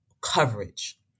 coverage